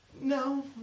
no